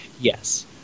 Yes